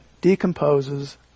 decomposes